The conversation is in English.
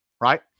right